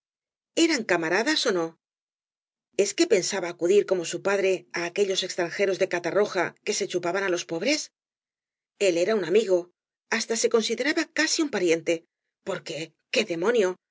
eran camaradas ó no es que pensaba acudir como bu padre á aquellos extranjeros de catarroja que se chupaban los pobres el era un amigo hasta se consideraba casi n pariente porque qué demonio